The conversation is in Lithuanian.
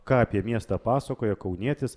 ką apie miestą pasakoja kaunietis